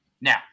Now